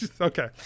Okay